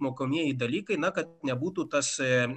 mokomieji dalykai na kad nebūtų tasai